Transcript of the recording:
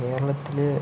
കേരളത്തില്